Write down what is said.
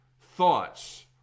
thoughts